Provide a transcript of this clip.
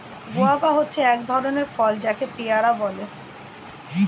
guava হচ্ছে এক ধরণের ফল যাকে পেয়ারা বলে